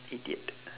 idiot